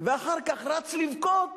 ואחר כך רצים לבכות